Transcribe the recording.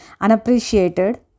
unappreciated